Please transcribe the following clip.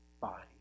body